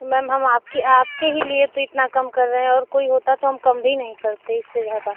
ma'am हम आपकी आपके ही लिए तो इतना कम कर रहे हैं और कोई होता तो हम कम भी नहीं करते इससे ज़्यादा